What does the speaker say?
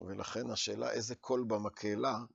ולכן השאלה איזה קול במקהלה.